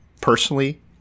Personally